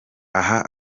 aha